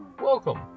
Welcome